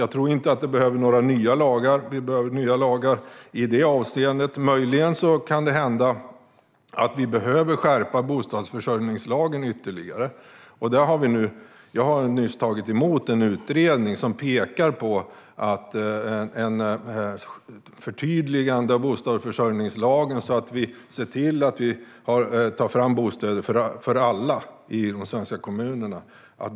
Jag tror inte att vi behöver några nya lagar i detta avseende. Möjligen kan det hända att vi behöver skärpa bostadsförsörjningslagen ytterligare. Jag har nyss tagit emot en utredning som pekar på ett förtydligande av bostadsförsörjningslagen så att vi ser till att vi tar fram bostäder för alla i de svenska kommunerna.